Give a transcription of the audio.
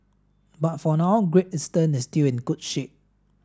but for now Great Eastern is still in good shape